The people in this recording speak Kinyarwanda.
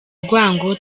urwango